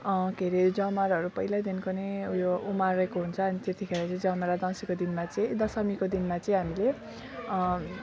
के अरे जमराहरू पहिल्यैदेखिको नै उयो उमारेको हुन्छ अनि त्यतिखेर चाहिँ जमरा दसैँको दिनमा चाहिँ दसमीको दिनमा चाहिँ हामीले